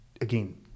again